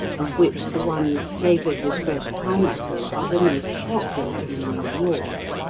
of which the ones flavored with fresh pineapple are the most popular in new york.